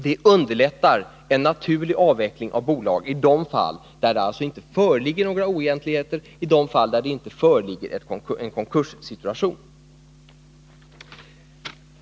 Det underlättar en naturlig avveckling av bolag i de fall där det inte föreligger några oegentligheter och i de fall där det inte föreligger en konkurssituation.